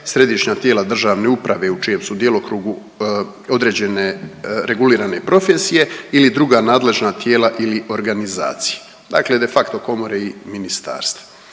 središnja tijela državne uprave u čijem su djelokrugu određene regulirane profesije ili druga nadležna tijela ili organizacije, dakle de facto komore i ministarstva.